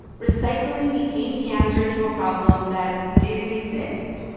recycling became the answer to a problem that didn't exist.